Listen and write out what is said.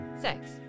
sex